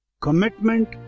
Commitment